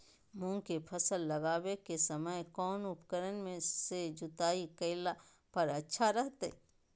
मूंग के फसल लगावे के समय कौन उपकरण से जुताई करला पर अच्छा रहतय?